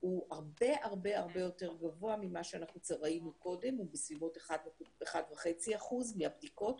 הוא הרבה הרבה יותר גבוה ממה שראינו קודם הוא בסביבות 1.5% מהבדיקות,